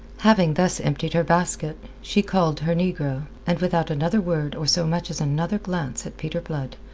having thus emptied her basket, she called her negro, and without another word or so much as another glance at peter blood,